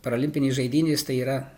parolimpinės žaidynės tai yra